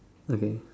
okay